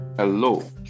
Hello